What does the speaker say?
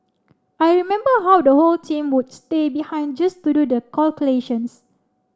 I remember how the whole team would stay behind just to do the calculations